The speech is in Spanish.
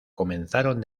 comenzaron